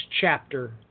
chapter